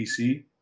PC